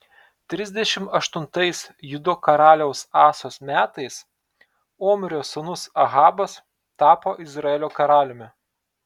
trisdešimt aštuntais judo karaliaus asos metais omrio sūnus ahabas tapo izraelio karaliumi